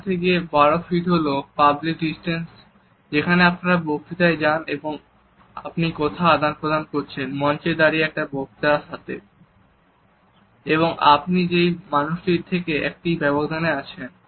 4 থেকে 12 ফিট হলো public distance যেখানে আপনারা বক্তৃতায় যান এবং আপনি কথা আদান প্রদান করছেন মঞ্চে দাঁড়িয়ে থাকা বক্তার সাথে এবং আপনি সেই মানুষটির থেকে একটি ব্যবধানে আছেন